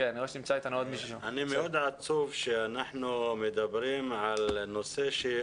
אני מאוד עצוב שאנחנו מדברים על נושא שהיה